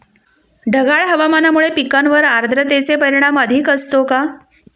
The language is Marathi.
ढगाळ हवामानामुळे पिकांवर आर्द्रतेचे परिणाम अधिक असतो का?